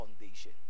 foundation